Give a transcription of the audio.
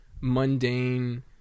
mundane